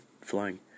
flying